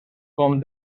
com